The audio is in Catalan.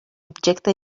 objecte